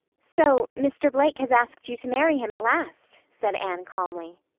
so mr. blake has asked you to marry him at last? said anne calmly.